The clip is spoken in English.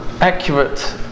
accurate